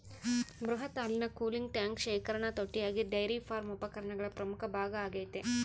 ಬೃಹತ್ ಹಾಲಿನ cooling tank ಶೇಖರಣಾ ತೊಟ್ಟಿಯಾಗಿ ಡೈರಿ ಫಾರ್ಮ್ ಉಪಕರಣಗಳ ಪ್ರಮುಖ ಭಾಗ ಆಗೈತೆ